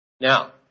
Now